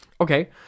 Okay